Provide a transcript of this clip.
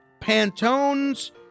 Pantone's